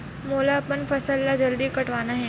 मोला अपन फसल ला जल्दी कटवाना हे?